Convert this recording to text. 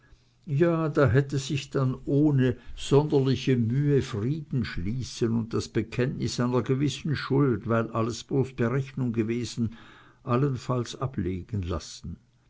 ja da hätte sich dann ohne sonderliche mühe frieden schließen und das bekenntnis einer gewissen schuld weil alles bloß berechnung gewesen allenfalls ablegen lassen